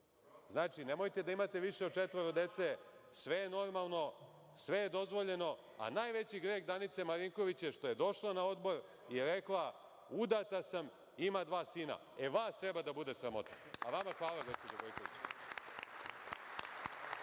Znači, nemojte da imate više od četvoro dece, sve je normalno, sve je dozvoljeno, a najveći greh Danice Marinković je što je došla na odbor i rekla – udata sam i imam dva sina. Vas treba da bude sramota, a vama hvala, gospođo Gojković.